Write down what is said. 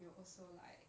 will also like